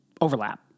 overlap